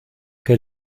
que